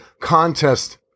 contest